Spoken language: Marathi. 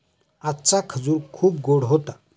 आजचा खजूर खूप गोड होता